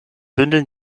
bündeln